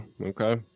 okay